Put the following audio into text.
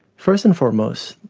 first and foremost,